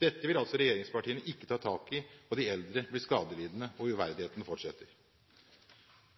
Dette vil altså regjeringspartiene ikke ta tak i. De eldre blir skadelidende, og uverdigheten fortsetter.